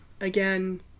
again